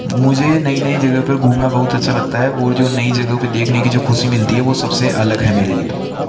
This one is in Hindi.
मुझे नई नई जगह पर घूमना बहुत अच्छा लगता है और जो नई जगहों पर देखने की जो ख़ुशी मिलती है वो सब से अलग है मेरे लिए